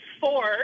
four